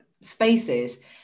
spaces